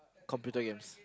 computer games